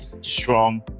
strong